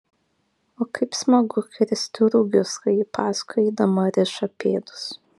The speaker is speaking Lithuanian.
o kaip smagu kirsti rugius kai ji paskui eidama riša pėdus